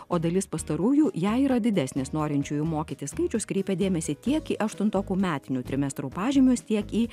o dalis pastarųjų jei yra didesnis norinčiųjų mokytis skaičius kreipia dėmesį tiek į aštuntokų metinių trimestrų pažymius tiek į